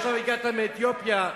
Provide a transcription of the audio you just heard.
עכשיו הגעת מאתיופיה,